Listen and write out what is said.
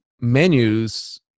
menus